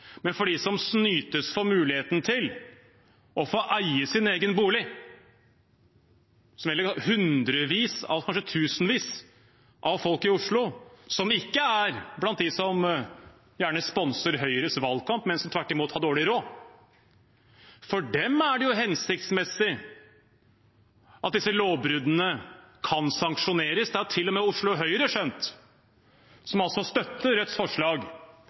Men for dem som snytes for muligheten til å få eie sin egen bolig – det gjelder hundrevis, kanskje tusenvis av folk i Oslo, som ikke er blant dem som gjerne sponser Høyres valgkamp, men som tvert imot har dårlig råd